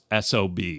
SOB